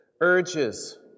urges